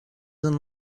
and